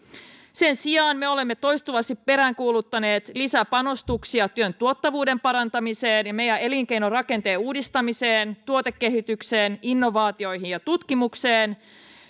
sen sijaan me olemme toistuvasti peräänkuuluttaneet lisäpanostuksia työn tuottavuuden parantamiseen ja meidän elinkeinorakenteemme uudistamiseen tuotekehitykseen innovaatioihin ja tutkimukseen